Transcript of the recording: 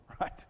right